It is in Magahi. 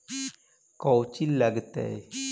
कौची लगतय?